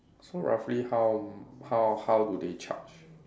so roughly how how how do they charge